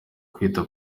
kwita